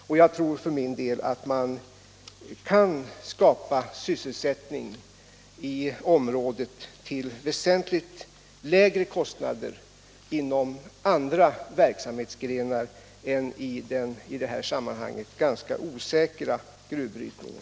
Och jag tror för min del att man kan skapa sysselsättning i det här området till väsentligt lägre kostnader inom andra verksamhetsgrenar än den i det här sammanhanget ganska osäkra gruvbrytningen.